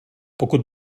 pokud